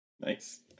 Nice